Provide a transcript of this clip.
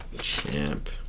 Champ